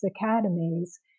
academies